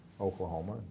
Oklahoma